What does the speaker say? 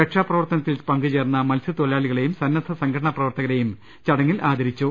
രക്ഷാപ്രവർത്തനത്തിൽ പങ്കുച്ചേർന്ന മത്സ്യത്തൊ ഴിലാളികളേയും സന്നദ്ധ സംഘടനാ പ്രവർത്തകരേയും ചടങ്ങിൽ ആദരിച്ചു